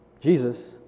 Jesus